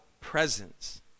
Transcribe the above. presence